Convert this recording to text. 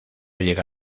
llega